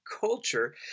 culture